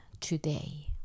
today